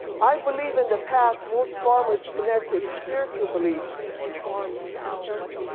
i believe in the past most farmers connected spiritual beliefs to farm sounds.